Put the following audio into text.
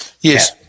Yes